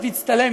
תצטלם,